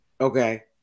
Okay